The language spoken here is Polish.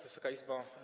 Wysoka Izbo!